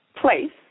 place